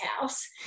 house